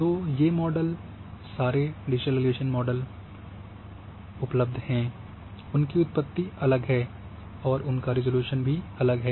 तो ये मॉडल सारे डिजिटल एलिवेशन मॉडल में उपलब्ध हैं उनकी उत्पत्ति अलग है और उनका रिज़ॉल्यूशन अलग हैं